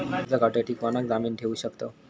कर्ज काढूसाठी कोणाक जामीन ठेवू शकतव?